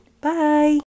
bye